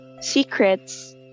secrets